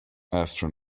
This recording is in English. after